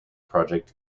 project